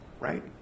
right